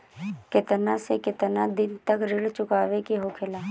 केतना से केतना दिन तक ऋण चुकावे के होखेला?